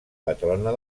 patrona